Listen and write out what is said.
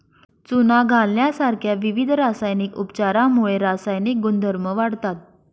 चुना घालण्यासारख्या विविध रासायनिक उपचारांमुळे रासायनिक गुणधर्म वाढतात